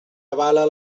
avala